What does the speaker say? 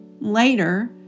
Later